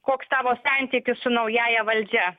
koks tavo santykis su naująja valdžia